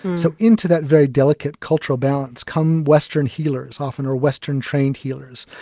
so into that very delicate cultural balance come western healers often, or western trained healers,